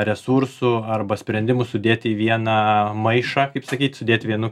resursų arba sprendimų sudėti į vieną maišą kaip sakyt sudėt vienu